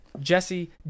Jesse